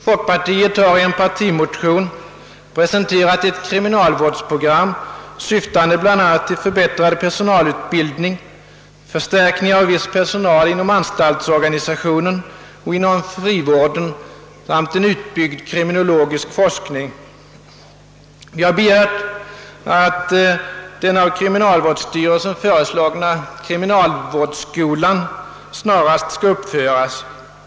Folkpartiet har i en partimotion presenterat ett kriminalvårdsprogram, syftande bl.a. till förbättrad personalutbildning, förstärkning av viss personal inom anstaltsorganisationen och inom frivården samt en utbyggd kriminologisk forskning. Vi har begärt att den av kriminalvårdsstyrelsen = föreslagna = kriminalvårdsskolan snarast skall uppföras.